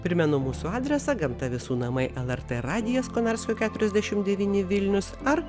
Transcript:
primenu mūsų adresą gamta visų namai lrt radijas konarskio keturiasdešim devyni vilnius ar